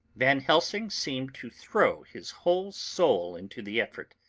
van helsing seemed to throw his whole soul into the effort